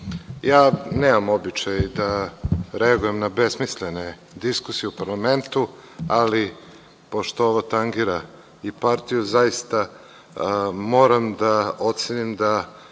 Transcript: nemam običaj da reagujem na besmislene diskusije u parlamentu, ali pošto ovo tangira i partiju, zaista moram da ocenim da